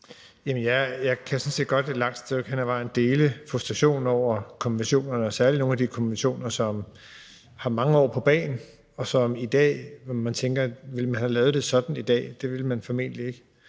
set godt et langt stykke hen ad vejen dele frustrationen over konventionerne og særlig nogle af de konventioner, som har mange år på bagen, og hvor man i dag tænker: Ville man have lavet det sådan i dag? Det ville man formentlig ikke,